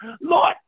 Lord